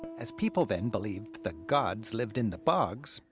as people then believed that gods lived in the bogs,